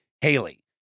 Haley